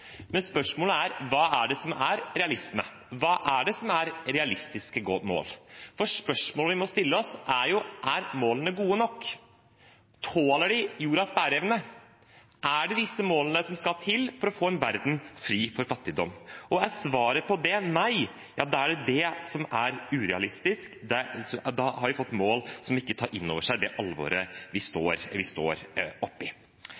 Hva er det som er realisme? Hva er det som er realistiske mål? Spørsmålet vi må stille oss, er: Er målene gode nok, tåler de jordas bæreevne? Er det disse målene som skal til for å få en verden fri for fattigdom? Er svaret på det nei, da er det det som er urealistisk, da har vi mål som ikke tar inn over seg det alvoret vi står overfor. Dette året handler om å mobilisere vilje, for det er selvsagt vilje vi